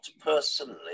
personally